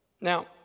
Now